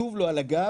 כתוב לו על הגב,